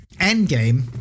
Endgame